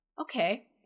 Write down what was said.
okay